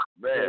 Man